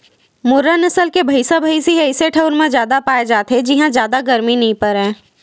मुर्रा नसल के भइसा भइसी ह अइसे ठउर म जादा पाए जाथे जिंहा जादा गरमी नइ परय